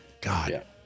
God